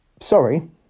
Sorry